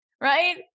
right